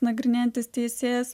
nagrinėjantis teisėjas